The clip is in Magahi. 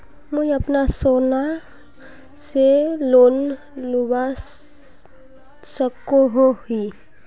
मुई अपना सोना से लोन लुबा सकोहो ही?